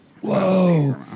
Whoa